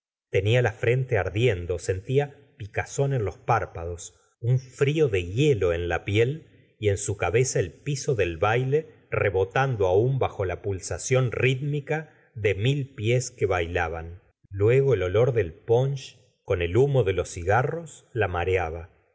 tenia la frente ardiendo serrtía pic zón en los párpados un frío de hielo en la piel y eu su c bez a el piso del baile rebotando aún bajo la pulsación rítmica de mil pies que bailaban luego el olor del ponche con él humo de los cigarros la mareabo